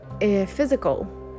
physical